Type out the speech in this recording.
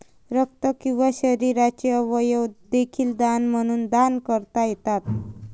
रक्त किंवा शरीराचे अवयव देखील दान म्हणून दान करता येतात